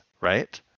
right